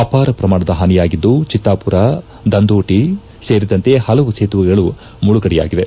ಅಪಾರ ಪ್ರಮಾಣದ ಹಾನಿಯಾಗಿದ್ದು ಚಿತ್ತಾಪುರ ದಂದೋಟ ಸೇರಿದಂತೆ ಪಲವು ಸೇತುವೆಗಳು ಮುಳುಗಡೆಯಾಗಿವೆ